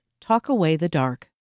talkawaythedark